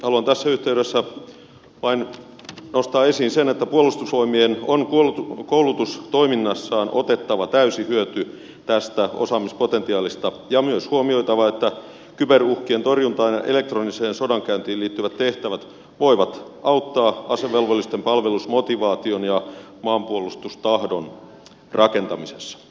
haluan tässä yhteydessä vain nostaa esiin sen että puolustusvoimien on koulutustoiminnassaan otettava täysi hyöty tästä osaamispotentiaalista ja myös huomioitava että kyberuhkien torjuntaan ja elektroniseen sodankäyntiin liittyvät tehtävät voivat auttaa asevelvollisten palvelusmotivaation ja maanpuolustustahdon rakentamisessa